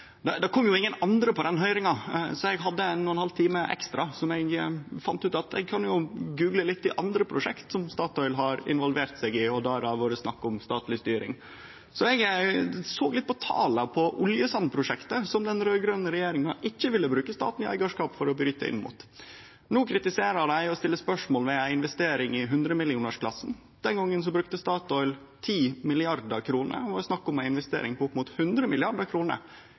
gjort. Det kom jo ingen andre på den høyringa, så då hadde eg ein og ein halv time ekstra, og eg fann ut at eg kunne «google» litt i andre prosjekt som Statoil har involvert seg i der det har vore snakk om statleg styring. Så eg såg litt på tala for oljesandprosjektet, som den raud-grøne regjeringa ikkje ville bruke statleg eigarskap for å bryte mot. No kritiserer dei og stiller spørsmål ved ei investering i 100-millionarkronersklassen. Den gongen brukte Statoil 10 mrd. kr, og det var snakk om ei investering på opp mot 100